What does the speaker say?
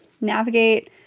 navigate